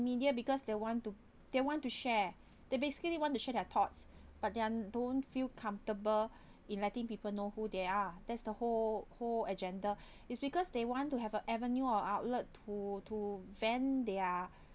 media because they want to they want to share they basically want to share their thoughts but they are don't feel comfortable in letting people know who they are that's the whole whole agenda it's because they want to have a avenue or outlet to to vent their